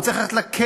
הוא צריך ללכת לכלא,